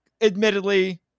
admittedly